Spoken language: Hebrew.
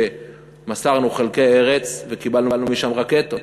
שמסרנו חלקי ארץ וקיבלנו משם רקטות.